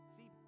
See